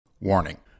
Warning